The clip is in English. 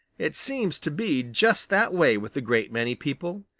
it seems to be just that way with a great many people.